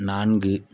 நான்கு